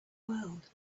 world